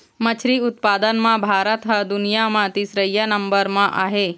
मछरी उत्पादन म भारत ह दुनिया म तीसरइया नंबर म आहे